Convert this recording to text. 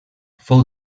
fou